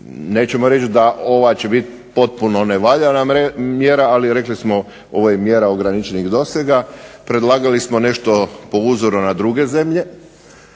nećemo reći da ova će biti potpuno nevaljana mjera, ali rekli smo ovo je mjera ograničenih dosega, predlagali smo nešto po uzoru na druge zemlje,